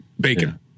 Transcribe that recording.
Bacon